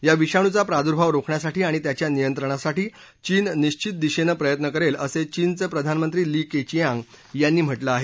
या विषाणूचा प्रादूर्भाव रोखण्यासाठी आणि त्याच्या नियंत्रणासाठी चीन निश्वित दिशेनं प्रयत्न करेल असं चीनचे प्रधानमंत्री ली केचियांग यांनी म्हटलं आहे